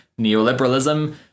neoliberalism